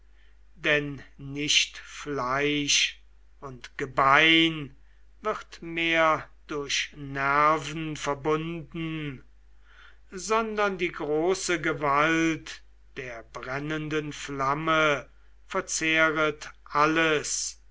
denn nicht fleisch und gebein wird mehr durch nerven verbunden sondern die große gewalt der brennenden flamme verzehret alles